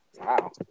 Wow